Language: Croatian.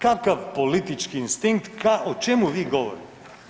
Kakav politički instinkt, o čemu vi govorite?